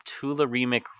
tularemic